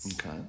Okay